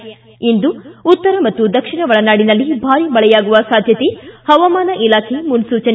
ಿ ಇಂದು ಉತ್ತರ ಹಾಗೂ ದಕ್ಷಿಣ ಒಳನಾಡಿನಲ್ಲಿ ಭಾರಿ ಮಳೆಯಾಗುವ ಸಾಧ್ಯತೆ ಹವಾಮಾನ ಇಲಾಖೆ ಮುನ್ಸೂಚನೆ